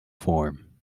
form